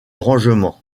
rangement